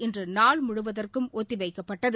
இன்று நாள் முழுவதற்கும் ஒத்திவைக்கப்பட்டது